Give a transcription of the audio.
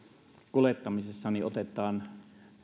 kuljetuksissa otetaan